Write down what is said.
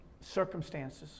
circumstances